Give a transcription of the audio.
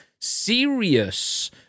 serious